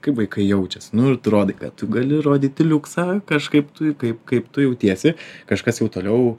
kaip vaikai jaučias nu ir tu rodai kad tu gali rodyti liuksą kažkaip tu kaip kaip tu jautiesi kažkas jau toliau